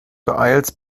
beeilst